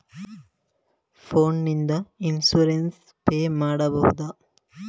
Phone ನಿಂದ insurance pay ಮಾಡಬಹುದ?